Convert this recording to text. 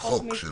חוק מסגרת.